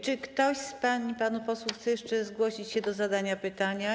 Czy ktoś z pań i panów posłów chce jeszcze zgłosić się do zadania pytania?